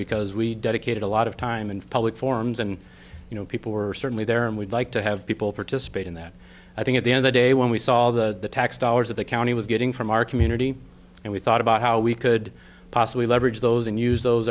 because we dedicated a lot of time in public forums and you know people were certainly there and we'd like to have people participate in that i think at the end the day when we saw the tax dollars of the county was getting from our community and we thought about how we could possibly leverage those and use those